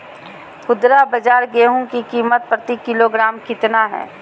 खुदरा बाजार गेंहू की कीमत प्रति किलोग्राम कितना है?